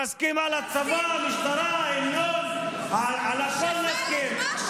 נסכים על הצבא, משטרה, המנון, על הכול נסכים.